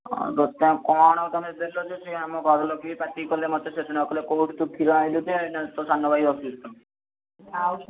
ହଁ ଦୋକାନ କଣ ତମେ ଦେଲ ଯେ ସେ ଆମ ଘରଲୋକେ ପାଟିକଲେ ମୋତେ ସେଦିନ କହିଲେ କୋଉଠୁ ତୁ କ୍ଷୀର ଆଣିଲୁ ଯେ ତୋ ସାନ ଭାଇ ଅସୁସ୍ଥ ଆଉ